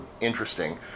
interesting